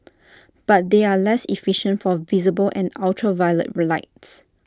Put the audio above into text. but they are less efficient for visible and ultraviolet relights